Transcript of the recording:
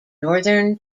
northern